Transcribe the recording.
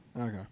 Okay